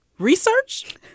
Research